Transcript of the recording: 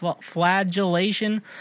Flagellation